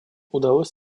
удалось